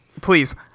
Please